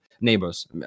neighbors